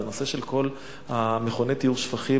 הוא נושא של כל מכוני טיהור השפכים,